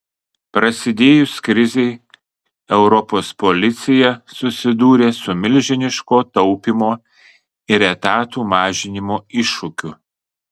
prasidėjus krizei europos policija susidūrė su milžiniško taupymo ir etatų mažinimo iššūkiu